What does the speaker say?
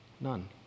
None